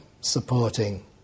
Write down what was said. supporting